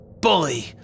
Bully